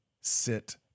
Sit